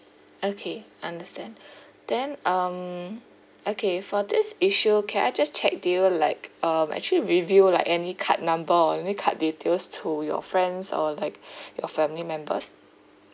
okay understand then um okay for this issue can I just check do you like um actually reveal like any card number or any card details to your friends or like your family members